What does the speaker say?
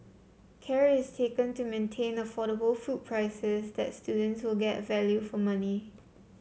care is taken to maintain affordable food prices and that students will get value for money